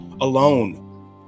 alone